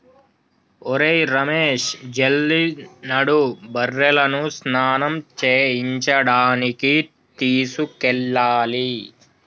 ఒరేయ్ రమేష్ జల్ది నడు బర్రెలను స్నానం చేయించడానికి తీసుకెళ్లాలి